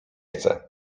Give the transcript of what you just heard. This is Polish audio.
chcę